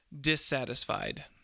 dissatisfied